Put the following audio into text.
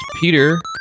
Peter